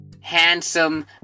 handsome